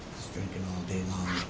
drinking all day